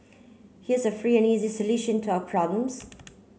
here's a free and easy solution to your problems